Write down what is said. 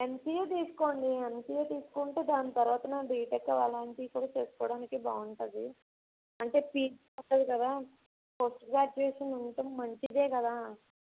MCA తీసుకోండి MCA తీసుకుంటే దాని తర్వాత బీటెక్ ఆలాంటివి కూడా చేసుకోవడానికి బాగుంటుంది అంటే పీజీ వస్తుంది కదా పోస్ట్ గ్రాడ్యుయేషన్ ఉండటం మంచిదే కదా